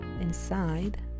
inside